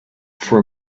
for